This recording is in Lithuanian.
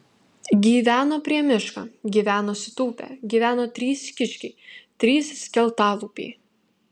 gyveno prie miško gyveno sutūpę gyveno trys kiškiai trys skeltalūpiai